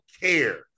care